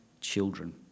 children